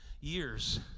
years